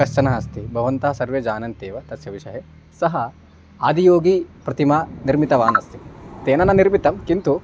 कश्चन अस्ति भवन्तः सर्वे जानन्त्येव तस्य विषये सः आदियोगिनः प्रतिमां निर्मितवान् अस्ति तेन न निर्मितं किन्तु